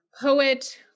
poet